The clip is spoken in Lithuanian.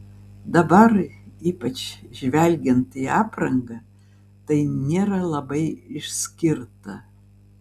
dabar ypač žvelgiant į aprangą tai nėra labai išskirta